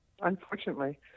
unfortunately